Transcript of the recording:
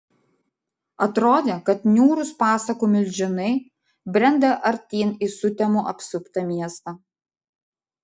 atrodė kad niūrūs pasakų milžinai brenda artyn į sutemų apsuptą miestą